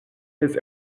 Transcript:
his